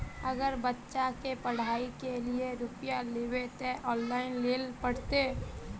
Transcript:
अगर बच्चा के पढ़ाई के लिये रुपया लेबे ते ऑनलाइन लेल पड़ते?